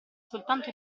soltanto